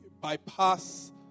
bypass